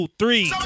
three